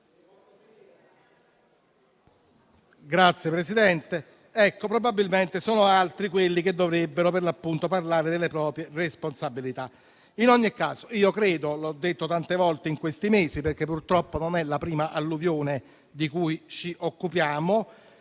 Grazie, Presidente. Probabilmente sono altri quelli che dovrebbero, per l'appunto, parlare delle proprie responsabilità. In ogni caso, come ho detto tante volte in questi mesi - purtroppo, non è la prima alluvione di cui ci occupiamo